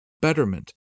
Betterment